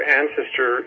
ancestor